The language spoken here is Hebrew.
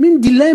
זה מין דילמה,